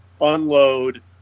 unload